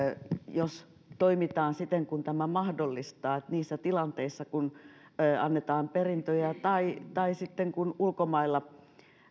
jos toimitaan siten kuin tämä mahdollistaa niissä tilanteissa kun annetaan perintöjä tai tai sitten kun ulkomailla